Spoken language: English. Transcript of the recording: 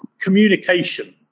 communication